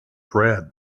red